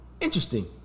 interesting